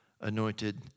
anointed